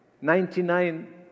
Ninety-nine